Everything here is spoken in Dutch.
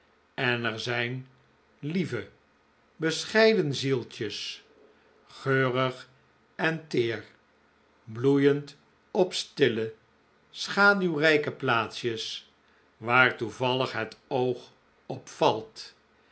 en er zijn lieve bescheiden zieltjes geurig en teer bloeiend op stille schaduwrijke plaatsjes waar toevallig het oog